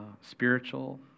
spiritual